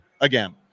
again